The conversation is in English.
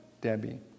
Debbie